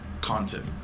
Content